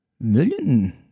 million